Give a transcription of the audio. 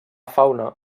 fauna